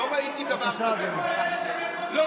אתה